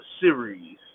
series